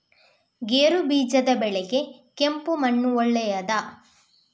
ಗೇರುಬೀಜದ ಬೆಳೆಗೆ ಕೆಂಪು ಮಣ್ಣು ಒಳ್ಳೆಯದಾ?